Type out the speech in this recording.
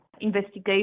investigation